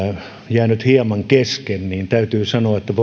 jäänyt hieman kesken niin täytyy sanoa että voitte olla varmoja että